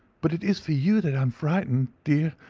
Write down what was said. but it is for you that i am frightened, dear.